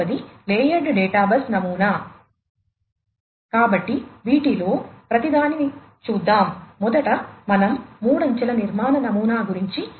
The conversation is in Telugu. కాబట్టి వీటిలో ప్రతిదానిని చూద్దాం మొదట మనం మూడంచెల నిర్మాణ నమూనా గురించి చూద్దాము